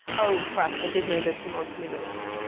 oh crap. i did know this from answer me this,